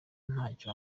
ntacyo